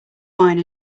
wine